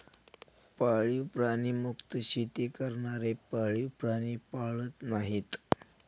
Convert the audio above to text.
पाळीव प्राणी मुक्त शेती करणारे पाळीव प्राणी पाळत नाहीत